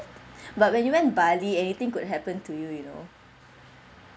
but when you went bali anything could happen to you you know